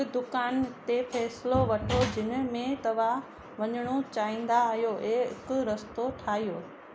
हिकु दुकान ते फ़ैसिलो वठो जिनि में तव्हां वञणु चाहींदा आहियो ऐं हिकु रस्तो ठाहियो